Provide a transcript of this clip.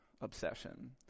obsession